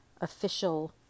official